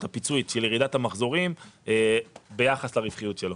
את הפיצוי של ירידת המחזורים ביחס לרווחיות שלו.